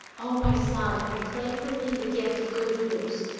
o my son i claim from thee the gift of good news.